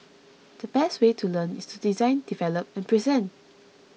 the best way to learn is to design develop and present